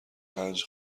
پنج